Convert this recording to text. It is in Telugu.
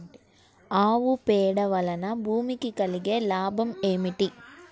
ఆవు పేడ వలన భూమికి కలిగిన లాభం ఏమిటి?